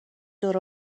دور